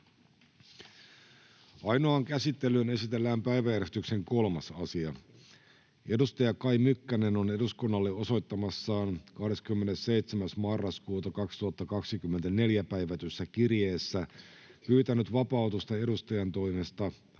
Ainoaan käsittelyyn esitellään päiväjärjestyksen 3. asia. Kai Mykkänen on eduskunnalle osoittamassaan 27.11.2024 päivätyssä kirjeessä pyytänyt vapautusta edustajantoimesta